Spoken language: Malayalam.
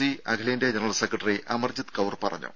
സി അഖിലേന്ത്യാ ജനറൽ സെക്രട്ടറി അമർജിത് കൌർ പറഞ്ഞു